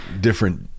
different